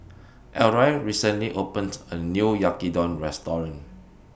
Elroy recently opened A New Yaki Udon Restaurant